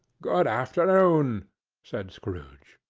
good afternoon, said scrooge.